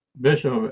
bishop